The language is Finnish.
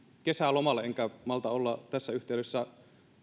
kesälomalle enkä malta olla tässä yhteydessä